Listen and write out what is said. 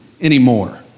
anymore